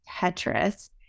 Tetris